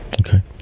Okay